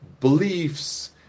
beliefs